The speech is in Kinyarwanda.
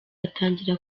atangira